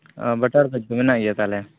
ᱚ ᱵᱟᱴᱟᱨ ᱵᱮᱜᱽ ᱫᱚ ᱢᱮᱱᱟᱜ ᱜᱮᱭᱟ ᱛᱟᱦᱞᱮ